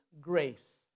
grace